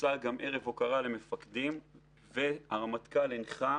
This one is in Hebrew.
בוצע גם ערב הוקרה למפקדים והרמטכ"ל הנחה